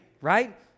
right